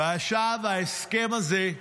ועכשיו ההסכם הזה.